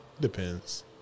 depends